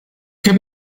che